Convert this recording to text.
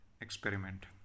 experiment